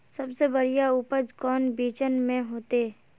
सबसे बढ़िया उपज कौन बिचन में होते?